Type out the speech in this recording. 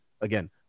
again